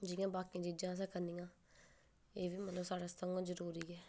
जि'यां बाकी चीजां अस करने आं एह्बी मतलब साढ़े आस्तै जरूरी ऐ